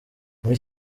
muri